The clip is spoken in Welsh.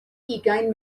ugain